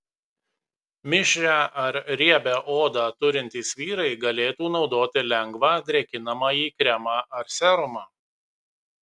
mišrią ar riebią odą turintys vyrai galėtų naudoti lengvą drėkinamąjį kremą ar serumą